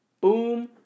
Boom